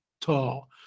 tall